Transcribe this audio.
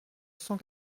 cent